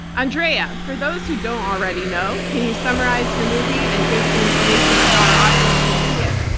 andrea, for those who don't already know, can you summarize your movie and give some information on how our audience can see it?